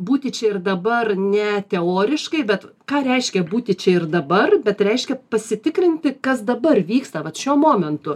būti čia ir dabar ne teoriškai bet ką reiškia būti čia ir dabar bet reiškia pasitikrinti kas dabar vyksta vat šiuo momentu